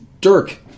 dirk